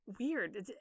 weird